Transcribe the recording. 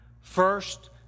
First